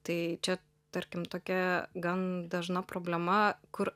tai čia tarkim tokia gan dažna problema kur